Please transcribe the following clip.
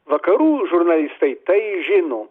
vakarų žurnalistai tai žino